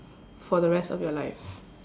for the rest of your life